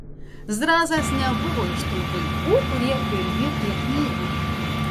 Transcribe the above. zrazas nebuvo iš tų vaikų kurie pirmi prie knygų